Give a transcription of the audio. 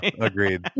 agreed